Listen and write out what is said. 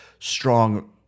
strong